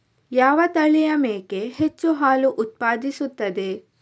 ಯಾವ ತಳಿಯ ಮೇಕೆ ಹೆಚ್ಚು ಹಾಲು ಉತ್ಪಾದಿಸುತ್ತದೆ?